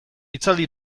hitzaldi